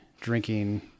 drinking